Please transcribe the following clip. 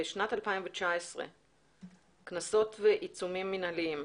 בשנת 2019 קנסות ועיצומים מנהליים,